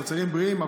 מוצרים בריאים,